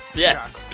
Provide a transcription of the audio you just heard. yes,